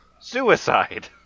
suicide